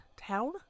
town